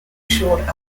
short